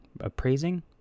Appraising